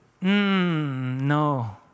No